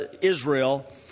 Israel